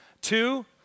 Two